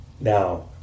now